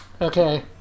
okay